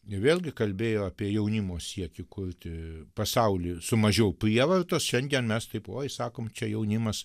ir vėlgi kalbėjo apie jaunimo siekį kurti pasaulį su mažiau prievartos šiandien mes taip oi sakom čia jaunimas